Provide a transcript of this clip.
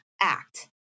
act